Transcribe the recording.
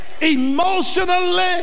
emotionally